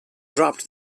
dropped